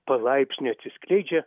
palaipsniui atsiskleidžia